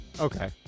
Okay